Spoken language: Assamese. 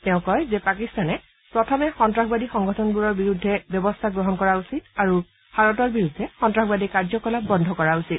তেওঁ কয় যে পাকিস্তানে প্ৰথমে সন্নাসবাদী সংগঠনবোৰৰ বিৰুদ্ধে ব্যৱস্থা গ্ৰহণ কৰা উচিত আৰু ভাৰতৰ বিৰুদ্ধে সন্তাসবাদী কাৰ্যকলাপ বন্ধ কৰা উচিত